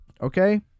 okay